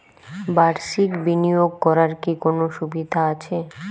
বাষির্ক বিনিয়োগ করার কি কোনো সুবিধা আছে?